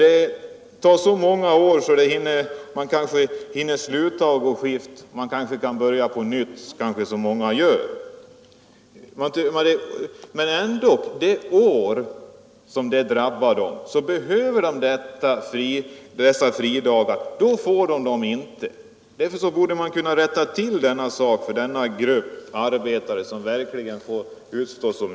Det tar så många år att vederbörande kanske hinner dessförinnan sluta med skiftarbetet — och kanske även hinner börja på nytt, som många gör. Under det år som de drabbas skulle de behöva sina fridagar men får dem inte. Det är ett förhållande som man borde kunna rätta till för denna grupp av arbetare, som verkligen får utstå mycket.